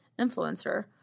influencer